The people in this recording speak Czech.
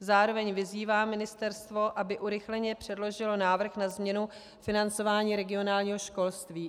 Zároveň vyzývám ministerstvo, aby urychleně předložilo návrh na změnu financování regionálního školství.